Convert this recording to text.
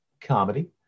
comedy